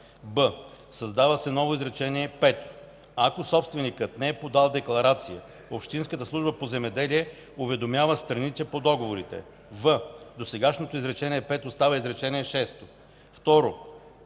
б) създава се ново изречение пето: „Ако собственикът не е подал декларация, общинската служба по земеделие уведомява страните по договорите.”; в) досегашното изречение пето става изречение